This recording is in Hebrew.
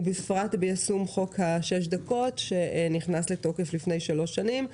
ובפרט ביישום חוק שש הדקות שנכנס לתוקף לפני שלוש שנים.